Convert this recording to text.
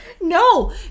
No